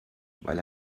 weil